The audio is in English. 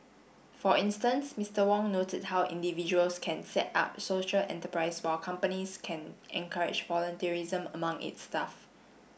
for instance Mister Wong noted how individuals can set up social enterprises while companies can encourage among its staff